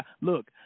look